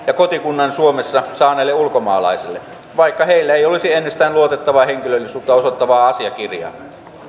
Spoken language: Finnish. ja kotikunnan suomessa saaneille ulkomaalaisille vaikka heillä ei olisi ennestään luotettavaa henkilöllisyyden osoittavaa asiakirjaa